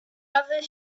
other